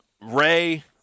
ray